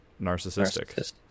narcissistic